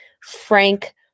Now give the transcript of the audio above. Frank